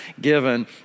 given